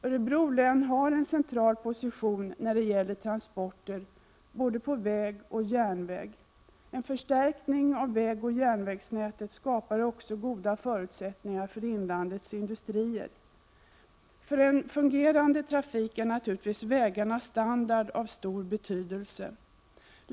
Örebro län har en central position när det gäller transporter, både på väg och på järnväg. En förstärkning av vägoch järnvägssnätet skapar goda förutsättningar för inlandets industrier. För en fungerande trafik är naturligtvis vägarnas standard av stor betydelse.